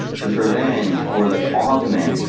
to prevent, or like augment,